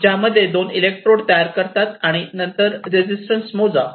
ज्यामधून दोन इलेक्ट्रोड तयार करतात आणि नंतर रेझिस्टन्स मोजा